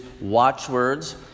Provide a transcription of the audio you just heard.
watchwords